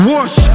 Wash